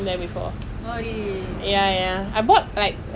ya eh you know shane got some kind of controversy right